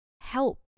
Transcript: help